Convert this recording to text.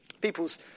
People's